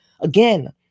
Again